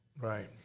Right